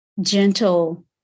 gentle